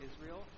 Israel